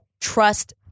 trust